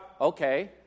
okay